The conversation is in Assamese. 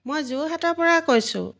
মই যোৰহাটৰ পৰা কৈছোঁ